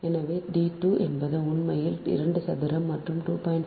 எனவே d 2 என்பது உண்மையில் 2 சதுரம் மற்றும் 2